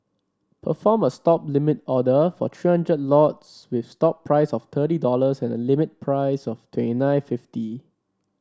perform a Stop limit order for three hundred lots with stop price of thirty dollars and limit price of twenty nine fifty